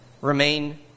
remain